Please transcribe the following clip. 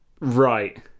Right